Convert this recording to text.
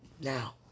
now